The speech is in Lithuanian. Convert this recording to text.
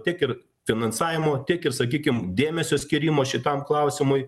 tiek ir finansavimo tiek ir sakykim dėmesio skyrimo šitam klausimui